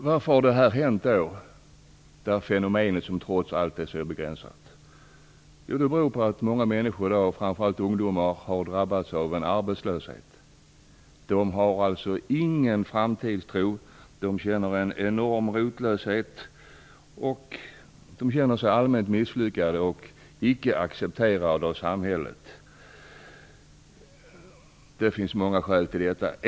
Varför har då detta fenomen inträffat, som trots allt är så begränsat? Det beror på att många människor i dag, och framför allt ungdomar, har drabbats av arbetslöshet. De har ingen framtidstro. De känner en enorm rotlöshet, och de känner sig allmänt misslyckade och icke accepterade av samhället. Det finns många skäl till detta.